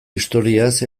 historiaz